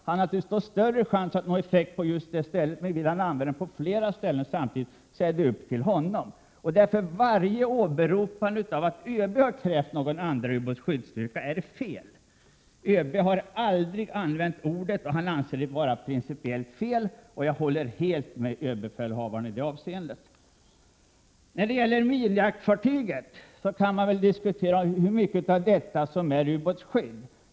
Han har då naturligtvis större chans att nå effekt på just det stället, men vill han använda dem på flera ställen samtidigt är det också upp till honom. Så varje åberopande av att överbefälhavaren skulle ha krävt någon andra ubåtsskyddsstyrka är fel. ÖB har aldrig använt ordet, och han anser det vara principiellt fel. Jag håller helt med överbefälhavaren i det avseendet. Sedan kan man naturligtvis diskutera i vilken grad satsningarna på minjaktfartyg är satsningar på ubåtsskydd.